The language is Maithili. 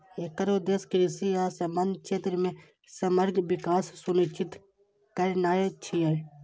एकर उद्देश्य कृषि आ संबद्ध क्षेत्र मे समग्र विकास सुनिश्चित करनाय छियै